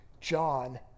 John